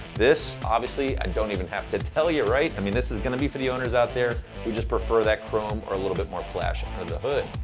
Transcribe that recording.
this, obviously, i don't even have to tell you, right? i mean, this is gonna be for the owners out there who just prefer that chrome or a little bit more flash and under the hood.